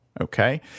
okay